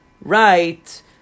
right